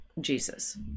Jesus